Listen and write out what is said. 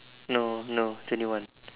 no no twenty one